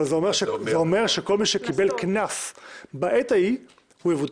זה אומר שכל מי שקיבל קנס בעת ההיא הוא יבוטל.